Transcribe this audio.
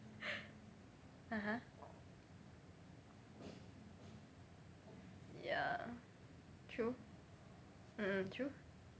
(uh huh) ya true mm mm true